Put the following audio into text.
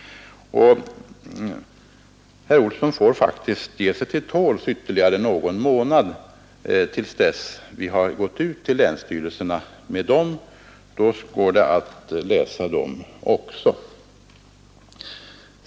Herr Olsson får faktiskt ge sig till tåls ytterligare någon månad till dess vi har gått ut till länsstyrelserna med direktiven. Då går det att läsa dem också.